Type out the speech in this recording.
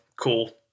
Cool